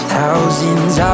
Thousands